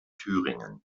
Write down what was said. thüringen